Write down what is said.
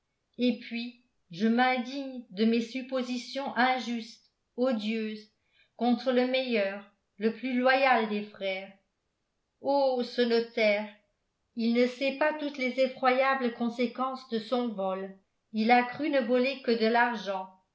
et puis je m'indigne de mes suppositions injustes odieuses contre le meilleur le plus loyal des frères oh ce notaire il ne sait pas toutes les effroyables conséquences de son vol il a cru ne voler que de l'argent